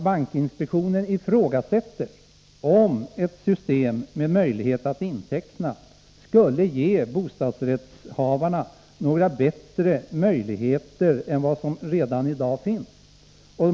Bankinspektionen ifrågasätter om ett system med möjlighet till inteckning skulle ge bostadsrättshavarna några bättre möjligheter än vad som redan i dag finns.